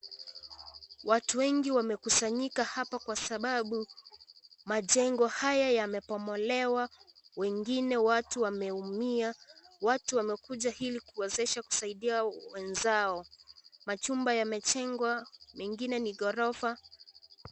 Watu wengi wamekusanyika hapa kwa sababu majengo haya yamebomolewa wengine watu wameumia. Watu wamekuja ili kuwezesha kusaidia wenzao. Majumba yamejengwa, mengine ni ghorofa.